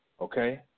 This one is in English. okay